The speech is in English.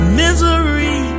misery